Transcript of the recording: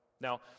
Now